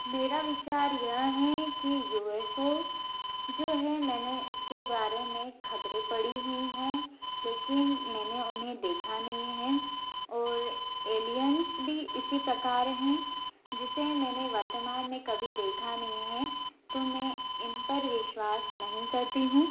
मेरा विचार यह है कि यू एफ़ ओ जो है मैंने उसके बारे में खबरें पड़ी हुई हैं लेकिन मैंने उन्हें देखा नहीं है और एलियंस भी इसी प्रकार हैं जिसे मैंने वर्तमान में कभी देखा नहीं है तो मैं इन पर विश्वास नहीं करती हूँ